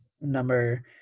number